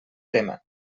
tema